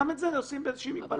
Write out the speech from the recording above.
גם את זה עושים באיזושהי מגבלה.